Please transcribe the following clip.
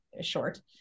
short